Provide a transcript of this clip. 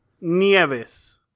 nieves